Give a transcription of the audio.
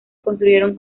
construyeron